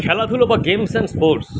খেলাধুলো বা games and sports